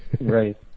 Right